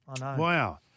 Wow